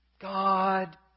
God